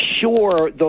sure